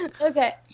Okay